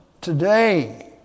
today